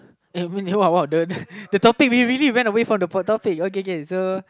what the the the the topic we really went away from the topic okay so